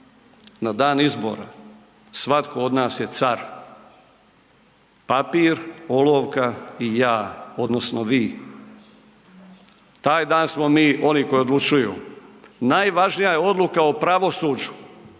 na dan izbora svatko od nas je car. Papir, olovka i ja odnosno vi. Taj dan smo mi oni koji odlučuju. Najvažnija je odluka o pravosuđu.